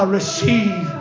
receive